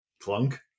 Clunk